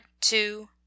two